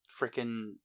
Freaking